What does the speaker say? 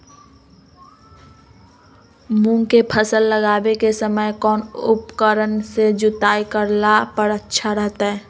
मूंग के फसल लगावे के समय कौन उपकरण से जुताई करला पर अच्छा रहतय?